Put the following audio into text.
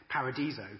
paradiso